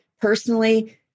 personally